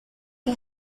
que